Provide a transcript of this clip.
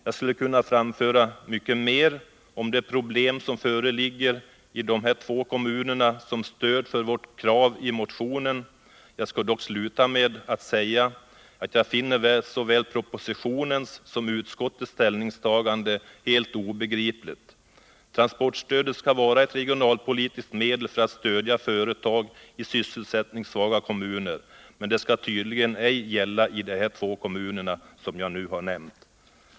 Jag skulle kunna säga mycket mer om de problem som föreligger i de båda kommunerna som stöd för vårt krav i motionen. Jag skall dock sluta med att framhålla att jag finner såväl propositionens som utskottets ställningstaganden helt obegripliga. Transportstödet skall vara ett regionalpolitiskt medel för att stödja företag i sysselsättningssvaga kommuner, men detta skall tydligen ej gälla i de två kommuner som jag nu har nämnt.